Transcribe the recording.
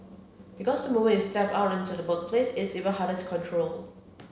because the moment you step out into the workplace it's even harder to control